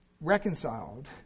reconciled